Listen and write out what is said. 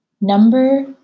Number